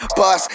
bus